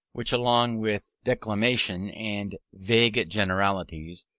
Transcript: which, along with declamation and vague generalities,